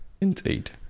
Indeed